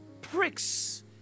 pricks